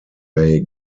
may